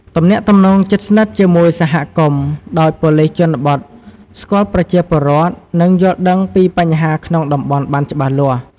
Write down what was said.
ទំនាក់ទំនងជិតស្និទ្ធជាមួយសហគមន៍ ដោយប៉ូលិសជនបទស្គាល់ប្រជាពលរដ្ឋ និងយល់ដឹងពីបញ្ហាក្នុងតំបន់បានច្បាស់លាស់។